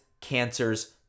cancers